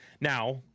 Now